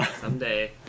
Someday